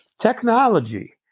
technology